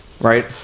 right